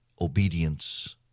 obedience